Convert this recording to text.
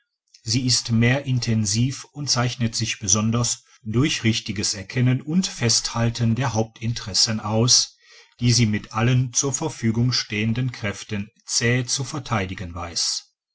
sie ist mehr intensiv und zeichnet sich besonders durch richtiges erkennen und festhalten der hauptinteressen aus die sie mit allen zur verfügung stehenden kräften zäh zu verteidigen weiss